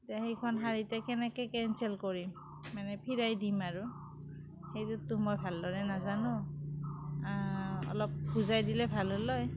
এতিয়া সেইখন শাড়ী এতিয়া কেনেকে কেনচেল কৰিম মানে ফিৰাই দিম আৰু সেইটোতটো মই ভালদৰে নাজানোঁ অলপ বুজাই দিলে ভাল হ'ল হয়